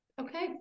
Okay